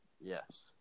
Yes